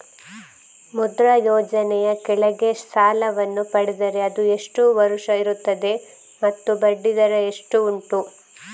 ಮುದ್ರಾ ಯೋಜನೆ ಯ ಕೆಳಗೆ ಸಾಲ ವನ್ನು ಪಡೆದರೆ ಅದು ಎಷ್ಟು ವರುಷ ಇರುತ್ತದೆ ಮತ್ತು ಬಡ್ಡಿ ದರ ಎಷ್ಟು ಉಂಟು?